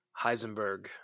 Heisenberg